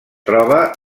troba